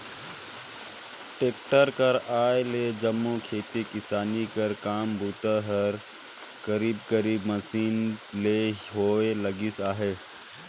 tractor कर आए ले जम्मो खेती किसानी कर काम बूता हर करीब करीब मसीन ले ही होए लगिस अहे